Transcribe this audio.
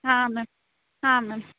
ಹಾಂ ಮ್ಯಾಮ್ ಹಾಂ ಮ್ಯಾಮ್